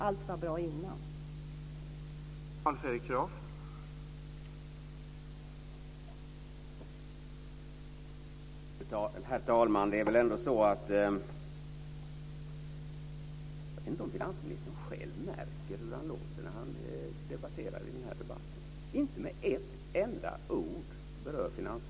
Allt var bra innan dess.